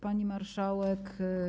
Pani Marszałek!